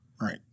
right